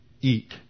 eat